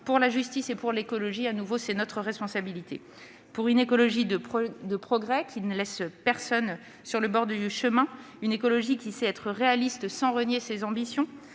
pour la justice et pour l'écologie. Je le dis de nouveau, il y va de notre responsabilité ! Nous défendons une écologie de progrès qui ne laisse personne sur le bord du chemin, une écologie qui sait être réaliste sans renier ses ambitions,